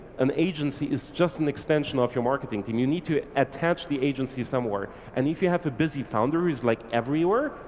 an agency is just an extension of your marketing team. you need to attach the agency somewhere. and if you have a busy founder is like every where,